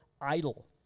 idle